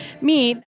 meet